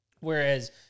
Whereas